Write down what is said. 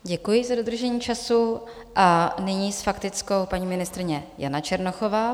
Děkuji za dodržení času a nyní s faktickou paní ministryně Jana Černochová.